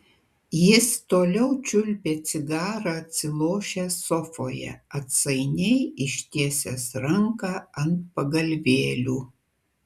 jis toliau čiulpė cigarą atsilošęs sofoje atsainiai ištiesęs ranką ant pagalvėlių